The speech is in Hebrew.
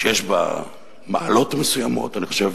שיש בה מעלות מסוימות, אני חושב